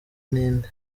ninde